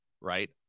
right